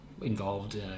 involved